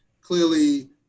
clearly